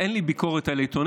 אין לי ביקורת על עיתונאים,